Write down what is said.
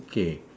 okay